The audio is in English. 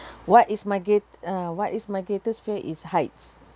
what is my great~ ah what is my greatest fear is heights